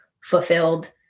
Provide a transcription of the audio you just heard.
fulfilled